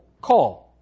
call